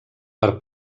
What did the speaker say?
per